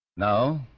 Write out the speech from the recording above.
Now